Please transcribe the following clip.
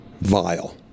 vile